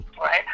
right